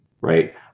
right